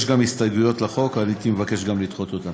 יש הסתייגויות, הייתי מבקש גם לדחות אותן.